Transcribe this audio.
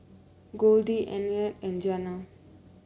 Goldie Antonette and Jana